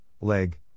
Leg